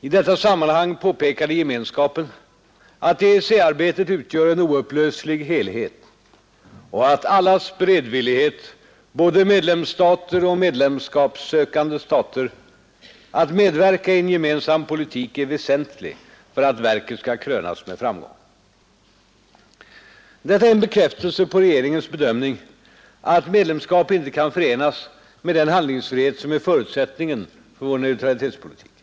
I detta sammanhang påpekade Gemenskapen att EEC-arbetet utgör en oupplöslig helhet och att allas beredvillighet — både medlemsstaters och medlemskapssökande staters — att medverka i en gemensam politik är - Nr 137 väsentlig för att verket skall krönas med framgång, i Torsdagen den Detta är en bekräftelse på regeringens bedömning att medlemskap inte 2 december 1971 kan förenas med den handlingsfrihet som är förutsättningen för vår — neutralitetspolitik. Ang.